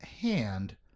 hand